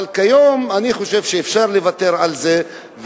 אבל אני חושב שהיום אפשר לוותר על זה,